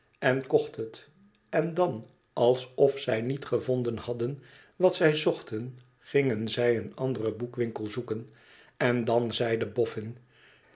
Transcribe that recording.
en kocht het en dan alsof zij niet gevonden hadden wat zij zochten gingen zij een anderen boekwinkel zoeken en dan zeide bofn